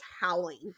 howling